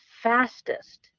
fastest